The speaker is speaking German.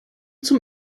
zum